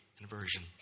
inversion